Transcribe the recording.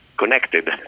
Connected